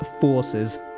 forces